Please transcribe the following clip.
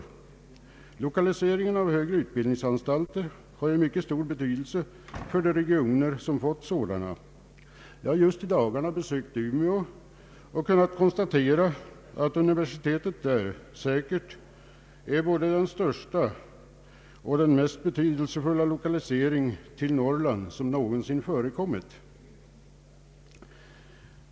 Lokaliseringen av högre utbildningsanstalter har mycket stor betydelse för de regioner som fått sådana. Jag har just i dagarna besökt Umeå och kunnat konstatera att universitetet där säkert är både den största och mest betydelsefulla lokalisering till Norrland som förekommit.